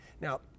Now